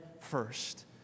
first